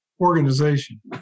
organization